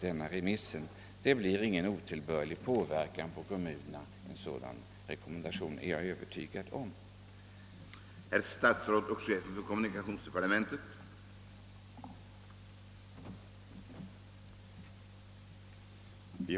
Det blir ingen otillbörlig påverkan på kommunerna med en sådan rekommendation, det är jag övertygad om.